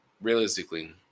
realistically